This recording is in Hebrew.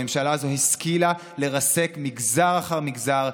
הממשלה הזאת השכילה לרסק מגזר אחר מגזר,